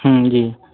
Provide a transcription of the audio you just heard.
हूँ जी